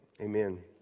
Amen